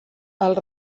els